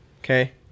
Okay